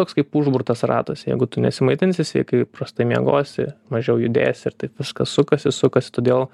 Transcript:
toks kaip užburtas ratas jeigu tu nesimaitinsi sveikai prastai miegosi mažiau judėsi ir taip viskas sukasi sukasi todėl